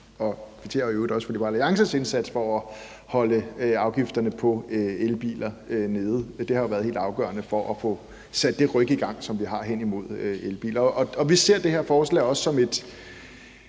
i øvrigt også for Liberal Alliances indsats for at holde afgifterne på elbiler nede. Det har jo været helt afgørende for at få sat det ryk i gang, som vi har hen imod elbiler. Vi ser også det her forslag som en